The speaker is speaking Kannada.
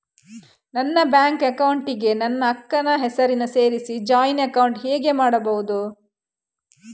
ನನ್ನ ಬ್ಯಾಂಕ್ ಅಕೌಂಟ್ ಗೆ ನನ್ನ ಅಕ್ಕ ನ ಹೆಸರನ್ನ ಸೇರಿಸಿ ಜಾಯಿನ್ ಅಕೌಂಟ್ ಹೇಗೆ ಮಾಡುದು?